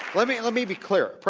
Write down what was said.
let me let me be clear.